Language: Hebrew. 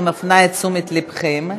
אני מפנה את תשומת לבכם,